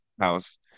house